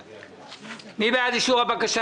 מי בעד אישור הבקשה?